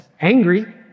angry